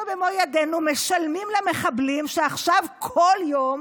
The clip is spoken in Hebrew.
אנחנו במו ידינו משלמים למחבלים שעכשיו כל יום,